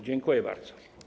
Dziękuję bardzo.